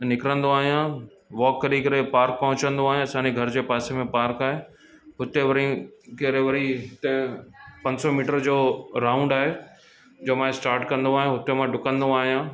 निकिरंदो आहियां वॉक करी करे पार्क पहुचंदो आहियां असांजे घर जे पासे में पार्क आहे उते वरी करे वरी उते पंज सौ मीटर जो राउंड आहे जो मां स्टार्ट कंदो आहियां हुते मां ॾुकंदो आहियां